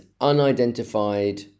unidentified